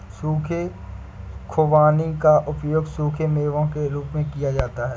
सूखे खुबानी का उपयोग सूखे मेवों के रूप में किया जाता है